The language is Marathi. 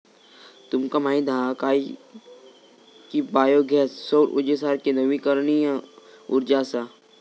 तुमका माहीत हा काय की बायो गॅस सौर उर्जेसारखी नवीकरणीय उर्जा असा?